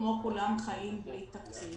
כמו כולם חיים בלי תקציב.